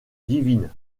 divine